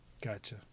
Gotcha